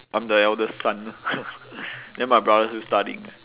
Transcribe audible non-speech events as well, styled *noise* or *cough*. I'm the eldest son lah *noise* then my brother still studying